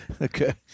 Okay